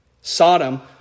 Sodom